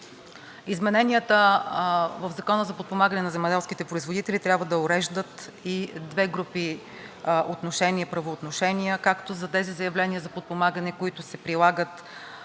Измененията в Закона за подпомагане на земеделските производители трябва да уреждат и две групи отношения и правоотношения както за тези заявления за подпомагане, които се прилагат